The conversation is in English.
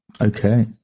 okay